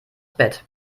bett